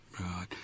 Right